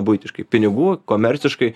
buitiškai pinigų komerciškai